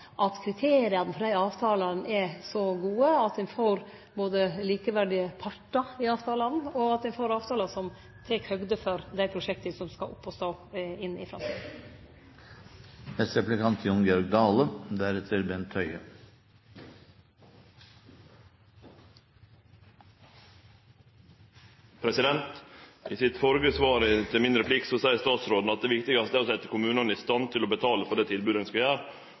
at kriteria frå dei avtalane er så gode at ein får både likeverdige partar i avtalen og ein avtale som tek høgd for dei prosjekta som skal opp å stå inn i framtida. I sitt førre svar på min replikk seier statsråden at det viktigaste er å setje kommunane i stand til å betale for det tilbodet ein skal